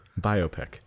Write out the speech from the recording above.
Biopic